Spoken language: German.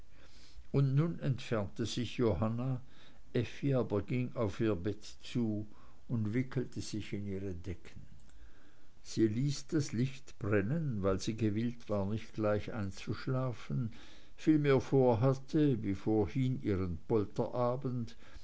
und nun entfernte sich johanna effi aber ging auf ihr bett zu und wickelte sich in ihre decken sie ließ das licht brennen weil sie gewillt war nicht gleich einzuschlafen vielmehr vorhatte wie vorhin ihren